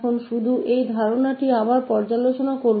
तो बस इस अवधारणा की फिर से समीक्षा करने के लिए